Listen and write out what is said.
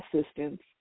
assistance